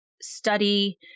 study